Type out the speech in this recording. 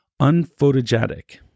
unphotogenic